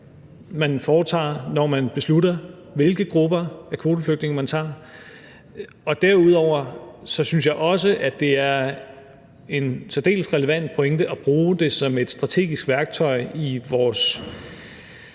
man foretager, når man beslutter, hvilke grupper af kvoteflygtninge man tager. Derudover synes jeg også, det er en særdeles relevant pointe at bruge det som et strategisk værktøj i vores